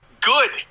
Good